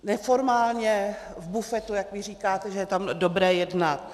Neformálně v bufetu, jak vy říkáte, že je tam dobré jednat.